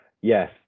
Yes